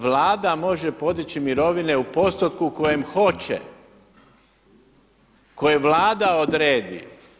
Vlada može podići mirovine u postotku kojem hoće, koje Vlada odredi.